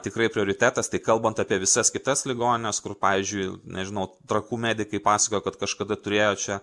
tikrai prioritetas tai kalbant apie visas kitas ligonines kur pavyzdžiui nežinau trakų medikai pasakojo kad kažkada turėjo čia